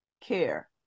care